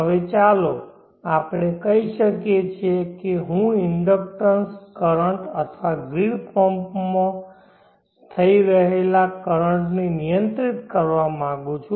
હવે ચાલો આપણે કહી શકીએ કે હું ઇન્ડક્ટર કરંટ અથવા ગ્રીડમાં પમ્પ થઈ રહેલા કરંટ ને નિયંત્રિત કરવા માંગુ છું